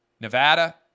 Nevada